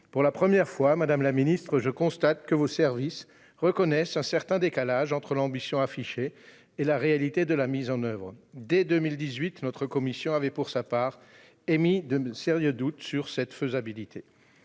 Pour la première fois, madame la ministre, je constate que vos services reconnaissent un certain décalage entre l'ambition affichée et la réalité de la mise en oeuvre ... Dès 2018, notre commission avait, pour sa part, émis de sérieux doutes sur la faisabilité